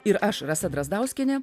ir aš rasa drazdauskienė